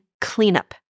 cleanup